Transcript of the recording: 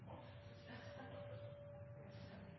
president,